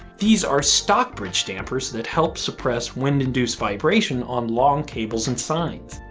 these are stockbridge dampers that help suppress wind-induced vibration on long cables and signs.